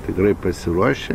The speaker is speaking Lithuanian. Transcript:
tikrai pasiruošę